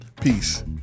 Peace